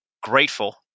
grateful